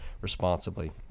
responsibly